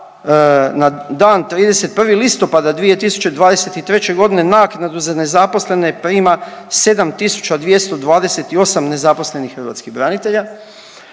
na dan 31. listopada 2023.g. naknadu za nezaposlene prima 7228 nezaposlenih hrvatskih branitelja,